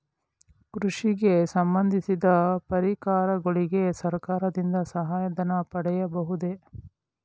ಕೃಷಿಗೆ ಸಂಬಂದಿಸಿದ ಪರಿಕರಗಳಿಗೆ ಸರ್ಕಾರದಿಂದ ಸಹಾಯ ಧನ ಪಡೆಯಬಹುದೇ?